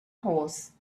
horse